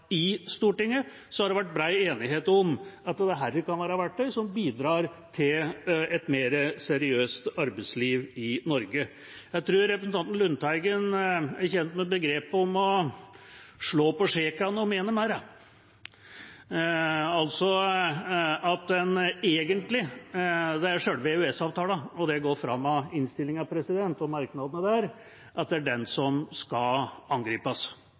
enighet om at dette kan være verktøy som bidrar til et mer seriøst arbeidsliv i Norge. Jeg tror representanten Lundteigen er kjent med begrepet «slå på skjækene og mene merra» – altså at det egentlig er selve EØS-avtalen, det går fram av innstillinga og merknadene der, som skal angripes. EØS-avtalen har vært, er og kommer til å være utrolig viktig for norsk næringsliv framover. Vi er helt avhengig av de eksportmuligheter som